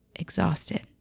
Exhausted